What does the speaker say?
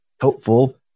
helpful